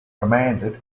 remanded